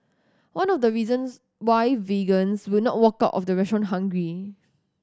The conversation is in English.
one of the reasons why vegans will not walk out of the restaurant hungry